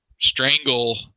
strangle